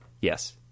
Yes